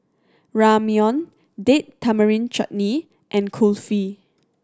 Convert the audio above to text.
Ramyeon Date Tamarind Chutney and Kulfi